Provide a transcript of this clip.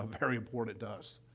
ah very important to us,